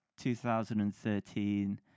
2013